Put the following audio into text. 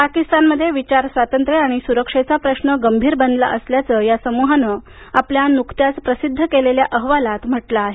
पाकिस्तानमध्ये विचार स्वातंत्र्य आणि सुरक्षेचा प्रश्न गंभीर बनला असल्याचं या समूहानं आपल्या नुकत्याच प्रसिद्ध केलेल्या अहवालात म्हटलं आहे